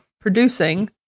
producing